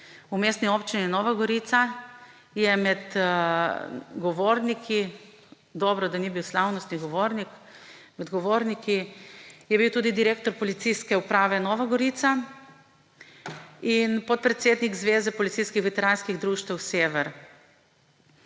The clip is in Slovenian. v Mestni občini Nova Gorica je med govorniki, dobro, da ni bil slavnostni govornik, med govorniki je bil tudi direktor Policijske uprave Nova Gorica in podpredsednik Zveze policijskih veteranskih društev Sever.